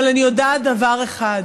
אבל אני יודעת דבר אחד: